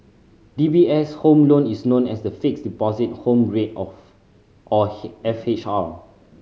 D B S' Home Loan is known as the Fixed Deposit Home Rate of or F H R